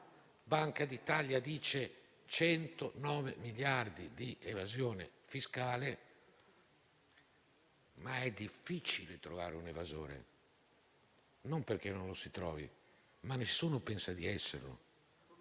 Banca d'Italia parla di 109 miliardi di evasione fiscale, ma è difficile trovare un evasore, non perché non lo si trovi, ma perché nessuno pensa di esserlo: